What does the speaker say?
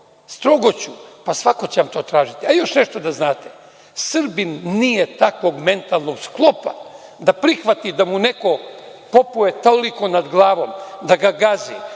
strogoću, pa svako će vam to tražiti. A, još nešto da znate Srbin nije takvog mentalnog sklopa da prihvati da mu neko popuje toliko nad glavom, da ga gazi